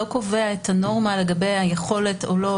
לא קובע את הנורמה לגבי היכולת או לא